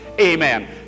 Amen